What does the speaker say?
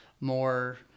more